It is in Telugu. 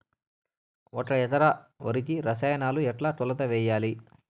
ఒక ఎకరా వరికి రసాయనాలు ఎట్లా కొలత వేయాలి?